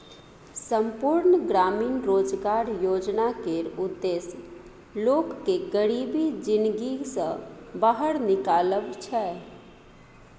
संपुर्ण ग्रामीण रोजगार योजना केर उद्देश्य लोक केँ गरीबी जिनगी सँ बाहर निकालब छै